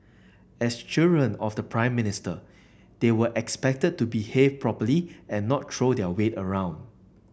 as children of the Prime Minister they were expected to behave properly and not throw their weight around